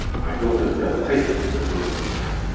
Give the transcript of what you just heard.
my daughters got pissed because it's